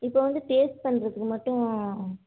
இப்போது வந்து டேஸ்ட் பண்ணுறதுக்கு மட்டும்